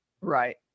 Right